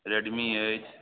Redmi अछि